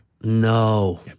No